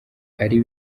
ari